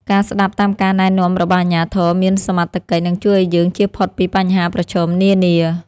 ការស្តាប់តាមការណែនាំរបស់អាជ្ញាធរមានសមត្ថកិច្ចនឹងជួយឱ្យយើងជៀសផុតពីបញ្ហាប្រឈមនានា។